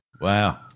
Wow